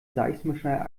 seismischer